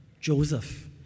Joseph